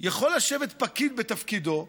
יכול לשבת פקיד בתפקידו 10,